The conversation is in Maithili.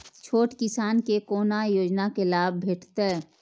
छोट किसान के कोना योजना के लाभ भेटते?